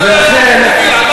ולכן,